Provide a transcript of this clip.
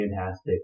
fantastic